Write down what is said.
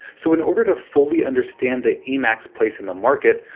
so in order to fully understand the emacs place in the market,